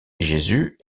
jésus